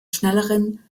schnelleren